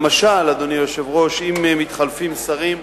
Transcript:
למשל, אדוני היושב-ראש, אם מתחלפים שרים,